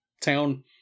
town